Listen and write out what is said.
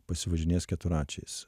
pasivažinės keturračiais